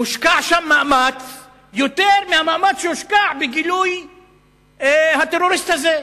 מושקע שם יותר מהמאמץ שהושקע בגילוי הטרוריסט הזה.